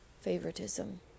favoritism